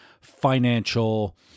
financial